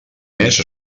mes